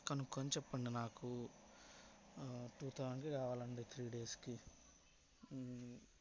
కనుక్కొని చెప్పండి నాకు టు థౌజండ్కి కావాలండీ త్రీ డేస్కి